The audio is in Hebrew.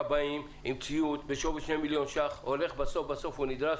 כבאים עם ציוד בשווי שני מיליון שקלים ובסוף הוא נדרש